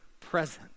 presence